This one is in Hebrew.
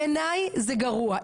בעיני זה גרוע .